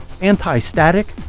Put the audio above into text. anti-static